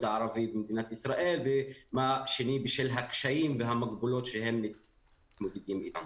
הערבית במדינת ישראל וגם בשל הקשיים והמגבלות שהם מתמודדים איתם.